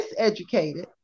miseducated